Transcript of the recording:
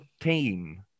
team